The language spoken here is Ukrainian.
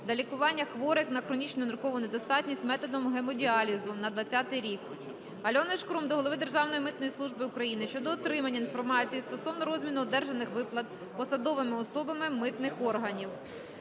для лікування хворих на хронічну ниркову недостатність методом гемодіалізу на 20-й рік. Альони Шкрум до голови Державної митної служби України щодо отримання інформації стосовно розміру одержаних виплат посадовими особами митних органів.